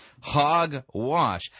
hogwash